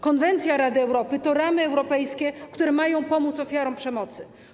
Konwencja Rady Europy to ramy europejskie, które mają pomóc ofiarom przemocy.